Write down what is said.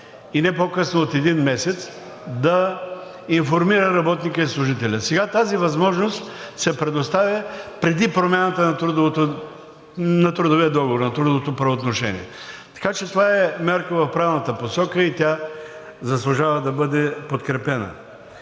и не по-късно от един месец да информира работника и служителя. Сега тази възможност се предоставя преди промяната на трудовия договор, на трудовото правоотношение. Така че това е мярка в правилната посока и тя заслужава да бъде подкрепена.